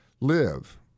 live